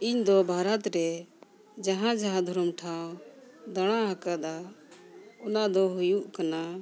ᱤᱧ ᱫᱚ ᱵᱷᱟᱨᱚᱛ ᱨᱮ ᱡᱟᱦᱟᱸ ᱡᱟᱦᱟᱸ ᱫᱷᱚᱨᱚᱢ ᱴᱷᱟᱶ ᱫᱟᱬᱟ ᱟᱠᱟᱫᱟ ᱚᱱᱟ ᱫᱚ ᱦᱩᱭᱩᱜ ᱠᱟᱱᱟ